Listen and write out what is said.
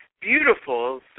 beautiful